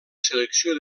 selecció